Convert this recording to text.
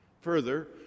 Further